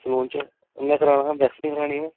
salon च औने waxing करानी ही